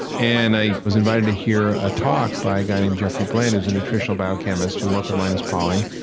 and i was invited to hear a talk by a guy named jeffrey bland, who's a nutritional biochemist who worked with linus pauling,